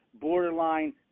borderline